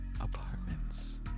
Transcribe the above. apartments